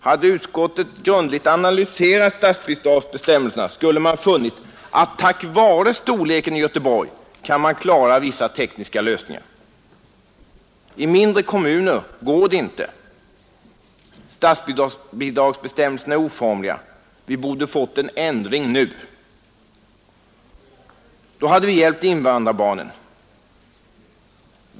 Hade utskottet försökt att grundligt analysera statsbidragsbestämmelserna skulle man ha funnit att tack vare storleken av verksamheten i Göteborg har det varit möjligt att finna vissa tekniska lösningar. I mindre kommuner går det inte. Statsbidragsbestämmelserna är oformliga. Vi borde fått en ändring nu. Då hade vi hjälpt invandrarbarnen.